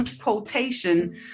quotation